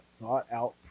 thought-out